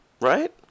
Right